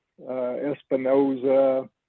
Espinoza